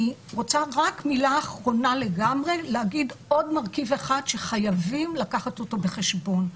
רק מילה אחרונה לגמרי להגיד עוד מרכיב אחד שחייבים לקחת אותו בחשבון: